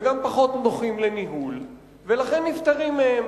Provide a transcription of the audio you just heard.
וגם פחות נוחים לניהול, ולכן נפטרים מהם,